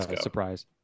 Surprise